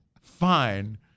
fine